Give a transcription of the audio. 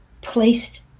placed